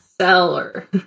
seller